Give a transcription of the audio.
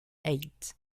eight